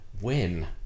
win